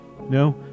No